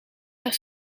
naar